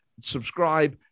subscribe